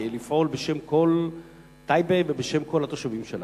לפעול בשם כל טייבה ובשם כל התושבים שלה.